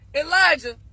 Elijah